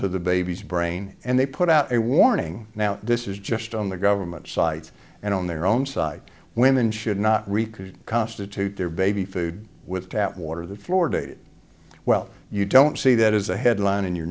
to the baby's brain and they put out a warning now this is just on the government site and on their own side women should not recreate constitute their baby food with tap water the floor dated well you don't see that as a headline in your